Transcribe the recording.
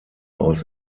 aus